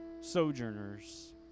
sojourners